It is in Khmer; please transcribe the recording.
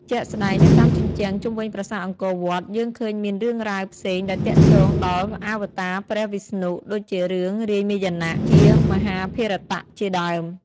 ជាក់ស្តែងនៅតាមជញ្ជាំងជុំវិញប្រាសាទអង្គវត្តយើងឃើញមានរឿងរ៉ាវផ្សេងដែលទាក់ទងដល់ អវតាព្រះវស្ណុ ដូចជារឿងរាមាយណៈ ជាមហាភារតៈជាដើម។